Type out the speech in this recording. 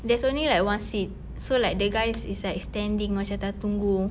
there's only like one seat so like that guy's like standing macam tengah tunggu